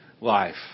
life